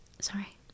Sorry